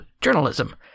journalism